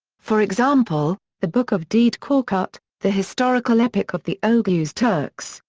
for example, the book of dede korkut, the historical epic of the oghuz turks,